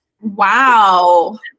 Wow